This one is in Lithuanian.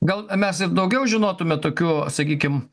gal mes ir daugiau žinotume tokių sakykim